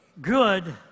good